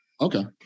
Okay